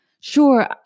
Sure